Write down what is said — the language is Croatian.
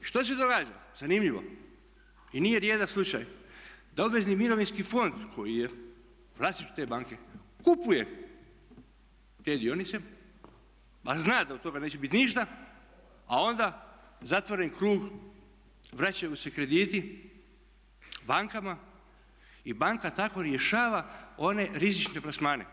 Što se događa, zanimljivo i nije rijedak slučaj, da obvezni mirovinski fond koji je u vlasništvu te banke kupuje te dionice, a zna da od toga neće biti ništa, a onda zatvoren krug vraćaju se krediti bankama i banka tako rješava one rizične plasmane.